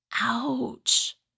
Ouch